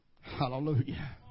Hallelujah